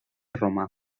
romà